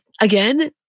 again